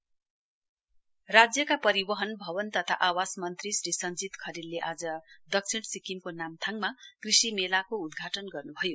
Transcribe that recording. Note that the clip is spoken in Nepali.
कृषि मेला राज्यका परिवहन भवन तथा आवास मन्त्री श्री सञ्जीत खरेलले आज दक्षिण सिक्कमको नाम्थाङमा कृषि मेलाको उद्घाटन गर्न्भयो